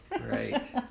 Right